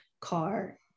car